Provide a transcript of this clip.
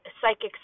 psychics